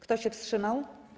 Kto się wstrzymał?